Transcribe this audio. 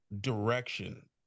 direction